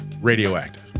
radioactive